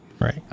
right